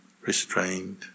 restrained